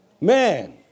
man